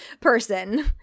person